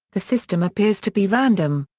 the system appears to be random.